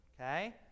okay